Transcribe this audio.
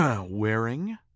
Wearing